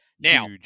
Now